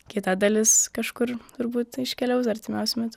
kita dalis kažkur turbūt iškeliaus artimiausiu metu